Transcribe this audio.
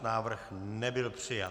Návrh nebyl přijat.